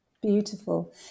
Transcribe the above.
Beautiful